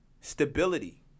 stability